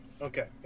Okay